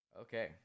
Okay